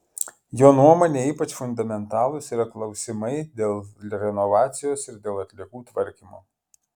jo nuomone ypač fundamentalūs yra klausimai dėl renovacijos ir dėl atliekų tvarkymo